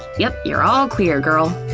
yep, you're all clear, girl.